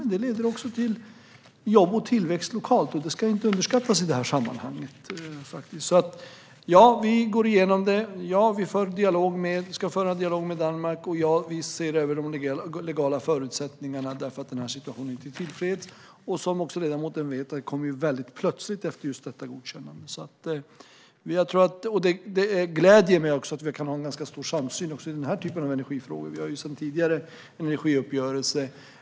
Det leder också till jobb och tillväxt lokalt, och det ska inte underskattas i det här sammanhanget. Ja, vi går igenom detta, ja, vi ska föra dialog med Danmark och ja, vi ser över de legala förutsättningarna eftersom den här situationen inte är tillfredsställande. Som ledamoten vet kom det plötsligt efter detta godkännande. Det gläder mig att vi kan ha ganska stor samsyn också i den här typen av energifrågor. Vi har det sedan tidigare i energiuppgörelsen.